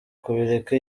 kubireka